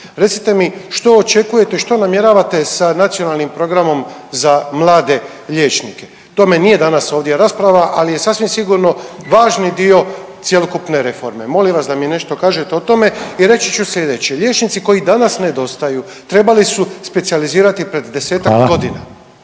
Reci mi što očekujete, što namjeravate sa Nacionalnim programom za mlade liječnike? O tome danas nije ovdje rasprava, ali je sasvim sigurno važni dio cjelokupne reforme. Molim vas da mi nešto kažete o tome. I reći ću sljedeće. Liječnici koji danas nedostaju trebali su specijalizirati pred desetak godina